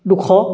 দুশ